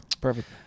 Perfect